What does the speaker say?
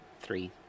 three